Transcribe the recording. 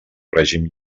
règim